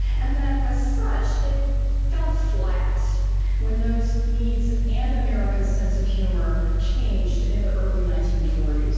and that as such it fell flat when those needs and america's sense of humor changed in the early nineteen forty s.